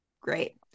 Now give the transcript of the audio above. great